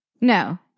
No